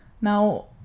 Now